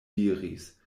diris